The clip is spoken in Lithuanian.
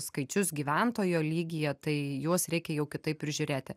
skaičius gyventojo lygyje tai juos reikia jau kitaip ir žiūrėti